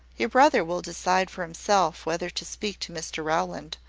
your brother will decide for himself whether to speak to mr rowland,